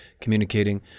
communicating